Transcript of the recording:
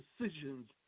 decisions